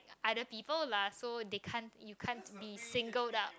other people lah so they can't you can't be single up